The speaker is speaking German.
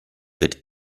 wird